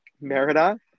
Merida